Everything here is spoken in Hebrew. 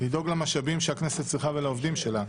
לדאוג למשאבים שהכנסת צריכה ולעובדים שלה,